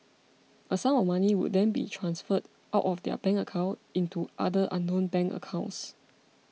a sum of money would then be transferred out of their bank account into other unknown bank accounts